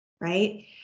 right